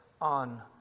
on